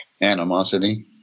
animosity